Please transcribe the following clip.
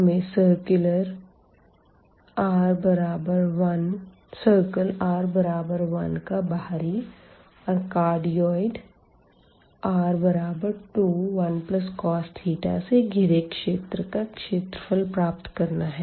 हमें circle r1 के बाहरी और कार्डियाड r21cos θ से घिरे क्षेत्र का क्षेत्रफल प्राप्त करना है